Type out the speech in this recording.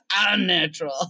unnatural